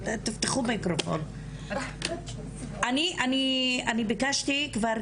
אני ביקשתי כבר,